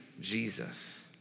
Jesus